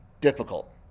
difficult